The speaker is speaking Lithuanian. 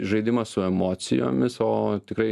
žaidimas su emocijomis o tikrai